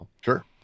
Sure